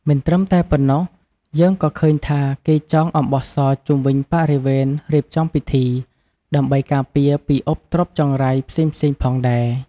មិនត្រឹមតែប៉ុណ្ណោះ យើងក៏ឃើញថាគេចងអំបោះសជុំវិញបរិវេណរៀបចំពិធី ដើម្បីការពារពីឧបទ្រពចង្រៃផ្សេងៗផងដែរ។